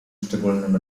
szczególnym